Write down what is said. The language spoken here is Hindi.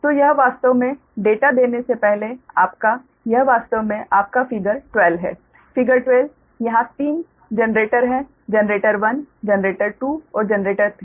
तो यह वास्तव में डेटा देने से पहले आपका यह वास्तव में आपका फिगर 12 है फिगर 12 यहाँ तीन जनरेटर हैं जनरेटर 1 जनरेटर 2 और जनरेटर 3